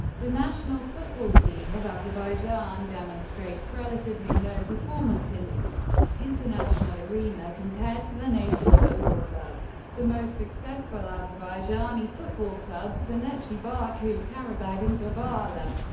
the national football team of azerbaijan demonstrates relatively low performance in the international arena compared to the nation football clubs. the most successful azerbaijani football clubs are neftchi baku, qarabag, and gabala.